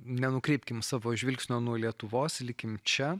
nenukreipkim savo žvilgsnio nuo lietuvos likim čia